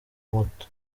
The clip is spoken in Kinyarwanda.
moto